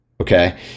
okay